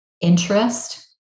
interest